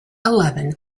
eleven